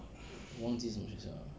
我忘记什么学校了